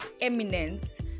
eminence